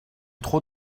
trop